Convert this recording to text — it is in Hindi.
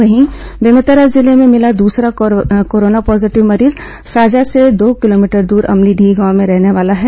वहीं बेमेतरा जिले में मिला दूसरा कोरोना पॉजीटिव मरीज साजा से दो किलोभीटर दूर अमलीडीह गांव का रहने वाला है